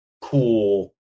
cool